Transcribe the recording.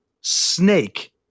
snake